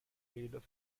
leaders